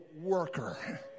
worker